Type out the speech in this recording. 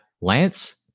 Lance